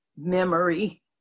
memory